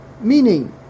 meaning